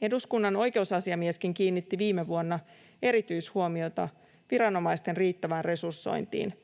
Eduskunnan oikeusasiamieskin kiinnitti viime vuonna erityishuomiota viranomaisten riittävään resursointiin,